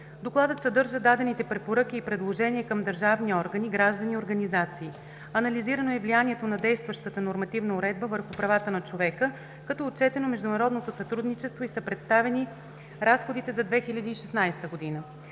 Докладът съдържа дадените препоръки и предложения към държавни органи, граждани и организации. Анализирано е влиянието на действащата нормативна уредба върху правата на човека, като е отчетено международното сътрудничество и са представени разходите за 2016 година.